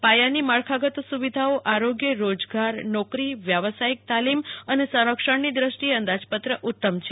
પાયાની માળખાગત સુવિધાઓ આરોગ્ય રોજગાર નોકરી વ્યવસાયિક તાલીમ અને સંરક્ષણ ની દ્રષ્ટિએ અંદાજપત્ર ઉત્તમ છે